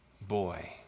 boy